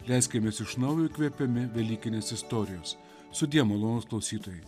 leiskimės iš naujo įkvepiami velykinės istorijos sudie malonūs klausytojai